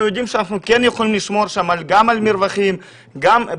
יודעים שאנחנו כן יכולים לשמור שם גם על מרווחים ובאמת